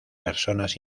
personas